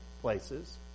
places